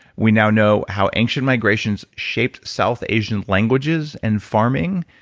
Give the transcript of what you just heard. we now know how ancient migrations shaped south asian languages and farming.